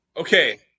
Okay